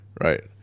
right